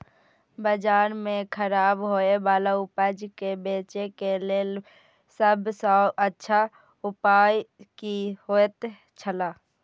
बाजार में खराब होय वाला उपज के बेचे के लेल सब सॉ अच्छा उपाय की होयत छला?